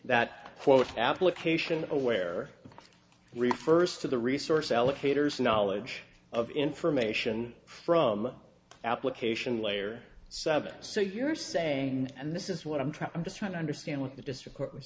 that quote application aware refers to the resource allocators knowledge of information from application layer seven so you're saying and this is what i'm trying i'm just trying to understand what the district court was